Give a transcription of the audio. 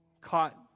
caught